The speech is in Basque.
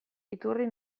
iturri